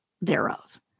thereof